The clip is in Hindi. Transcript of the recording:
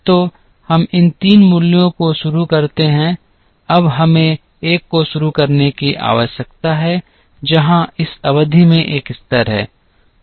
तो हम इन तीन मूल्यों को शुरू करते हैं अब हमें 1 को शुरू करने की भी आवश्यकता है जहां इस अवधि में एक स्तर है